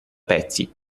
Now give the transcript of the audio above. pezzi